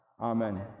Amen